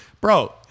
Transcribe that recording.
Bro